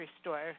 store